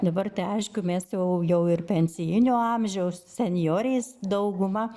dabar tai aišku mes jau jau ir pensijinio amžiaus senjorės dauguma